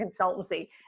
consultancy